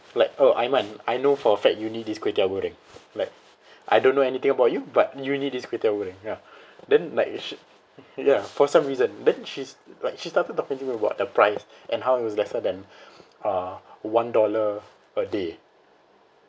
like uh iman I know for a fact you need this kway teow goreng like I don't know anything about you but you need this kway teow goreng ya then like should ya for some reason then she's like she started talking to me about the price and how it was lesser than uh one dollar per day